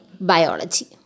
biology